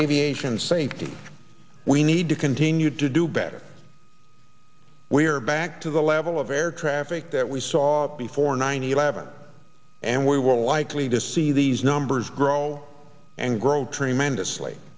aviation safety we need to continue to do better we are back to the level of air traffic that we saw before nine eleven and we will likely to see these numbers grow and grow tremendously